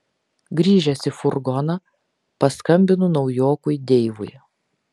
grįžęs į furgoną paskambinu naujokui deivui